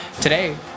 Today